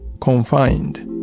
confined